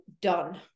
done